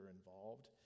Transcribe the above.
involved